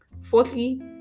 Fourthly